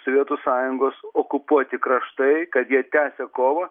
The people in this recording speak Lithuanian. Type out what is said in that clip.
sovietų sąjungos okupuoti kraštai kad jie tęsia kovą